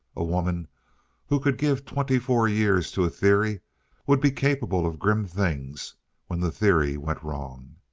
a woman who could give twenty-four years to a theory would be capable of grim things when the theory went wrong.